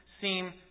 seem